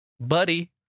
buddy